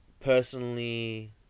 personally